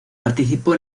participó